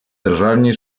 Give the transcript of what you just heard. державній